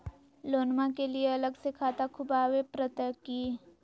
लोनमा के लिए अलग से खाता खुवाबे प्रतय की?